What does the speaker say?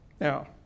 Now